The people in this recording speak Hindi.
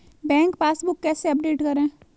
बैंक पासबुक कैसे अपडेट करें?